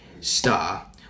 star